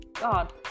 god